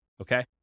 okay